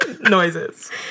noises